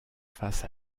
face